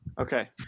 Okay